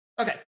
Okay